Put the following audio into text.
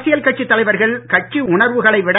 அரசியல் கட்சித் தலைவர்கள் கட்சி உணர்வுகளை விட